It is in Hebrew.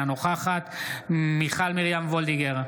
אינה נוכחת מיכל מרים וולדיגר,